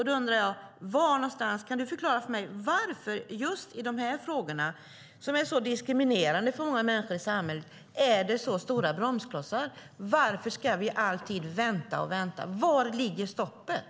Då undrar jag: Kan Ola Johansson förklara för mig varför det just i de här frågorna, som är så diskriminerande för många människor i samhället, är så stora bromsklossar? Varför ska vi alltid vänta och vänta? Var är stoppet?